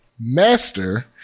master